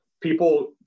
people